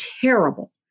terrible